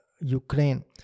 Ukraine